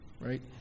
right